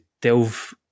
delve